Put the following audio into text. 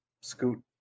Scoot